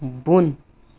بۄن